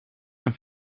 een